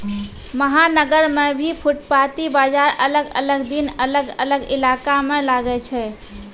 महानगर मॅ भी फुटपाती बाजार अलग अलग दिन अलग अलग इलाका मॅ लागै छै